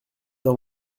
dans